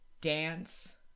dance